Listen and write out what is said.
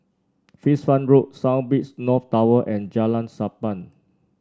Fish Farm Road South Beach North Tower and Jalan Sappan